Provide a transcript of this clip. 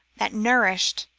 that nourished,